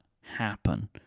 happen